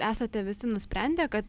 esate visi nusprendę kad